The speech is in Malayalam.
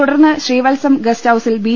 തുടർന്ന് ശ്രീവത്സം ഗസ്റ്റ് ഹൌസിൽ ബി